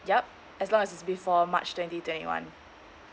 yup as long as it's before march twenty twenty one